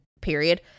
period